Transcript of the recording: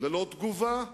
ללא תגובה,